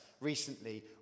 recently